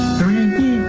Three